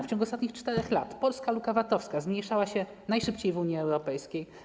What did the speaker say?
W ciągu ostatnich 4 lat polska luka VAT-owska zmniejszała się najszybciej w Unii Europejskiej.